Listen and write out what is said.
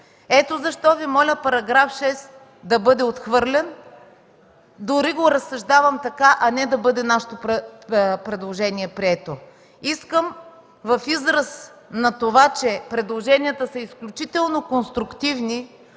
Ето защо Ви моля § 6 да бъде отхвърлен – дори го разсъждавам така, а не да бъде прието нашето предложение. Искам в израз на това, че предложенията са изключително конструктивни,